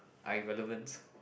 are irrelevant